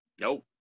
Nope